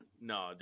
No